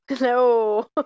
No